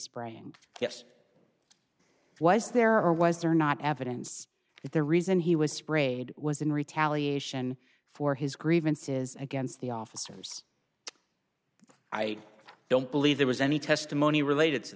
s was there or was there not evidence that the reason he was sprayed was in retaliation for his grievances against the officers i don't believe there was any testimony related to